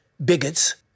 bigots